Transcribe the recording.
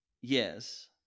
yes